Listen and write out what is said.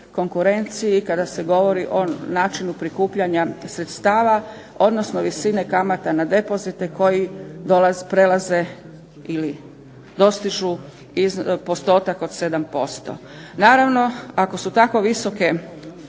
konkurenciji kada se govori o načinu prikupljanja sredstava, odnosno visine kamata na depozite koji prelaze ili dostižu postotak od 7%. Naravno, ako je tako visoka